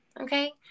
okay